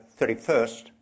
31st